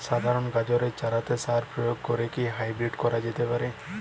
সাধারণ গাজরের চারাতে সার প্রয়োগ করে কি হাইব্রীড করা যেতে পারে?